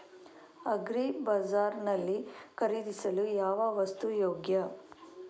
Agri Bazaar ನಲ್ಲಿ ಖರೀದಿಸಲು ಯಾವ ವಸ್ತು ಯೋಗ್ಯ?